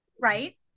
Right